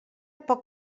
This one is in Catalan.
poc